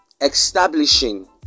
establishing